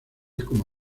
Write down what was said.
como